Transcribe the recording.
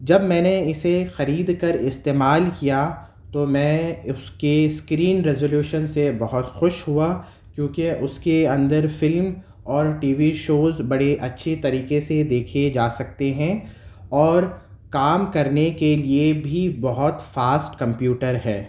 جب میں نے اسے خرید کر استعمال کیا تو میں اس کے اسکرین رزولیوشن سے بہت خوش ہوا کیوںکہ اس کے اندر فلم اور ٹی وی شوز بڑے اچھی طریقے سے دیکھیے جا سکتے ہیں اور کام کرنے کے لیے بھی بہت فاسٹ کمپیوٹر ہے